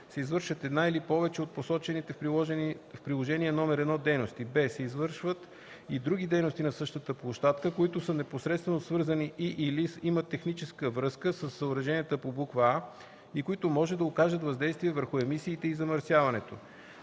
се извършват една или повече от посочените в приложение № 1 дейности; б) се извършват и други дейности на същата площадка, които са непосредствено свързани и/или имат техническа връзка със съоръженията по буква „а“, и които може да окажат въздействие върху емисиите и замърсяването.